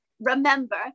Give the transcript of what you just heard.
Remember